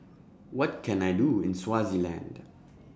What Can I Do in Swaziland